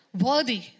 Worthy